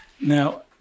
Now